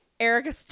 Erica